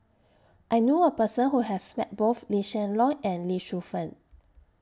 I knew A Person Who has Met Both Lee Hsien Loong and Lee Shu Fen